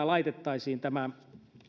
laitettaisiin tämä